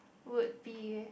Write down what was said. would be